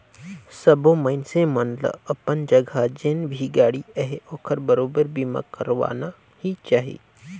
सबो मइनसे मन ल अपन जघा जेन भी गाड़ी अहे ओखर बरोबर बीमा करवाना ही चाही